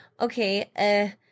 Okay